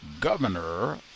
governor